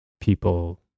people